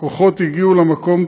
הכוחות הגיעו למקום,